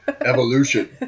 Evolution